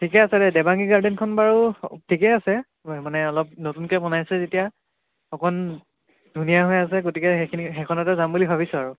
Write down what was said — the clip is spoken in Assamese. ঠিকে আছে দে দেৱাংগী গাৰ্ডেনখন বাৰু ঠিকে আছে মানে অলপ নতুনকে বনাইছে যেতিয়া অকণ ধুনীয়া হৈ আছে গতিকে সেইখিনি সেইখনতে যাম বুলি ভাবিছোঁ আৰু